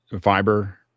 fiber